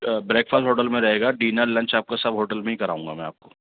break fast hotel میں رہے گا ڈینر لنچ آپ کا سب ہوٹل میں ہی کراؤں گا میں آپ کو